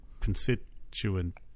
constituent